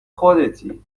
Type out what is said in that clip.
خودتی